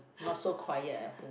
not so quiet at home